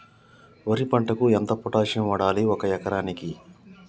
వరి పంటకు ఎంత పొటాషియం వాడాలి ఒక ఎకరానికి?